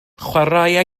chwaraea